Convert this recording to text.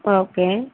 okay